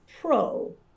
pro